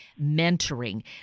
mentoring